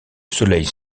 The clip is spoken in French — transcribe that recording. soleil